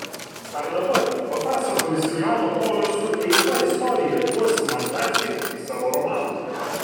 ar dabar papasakojusi žano polio su eiva istoriją duosi man perskaityti savo romaną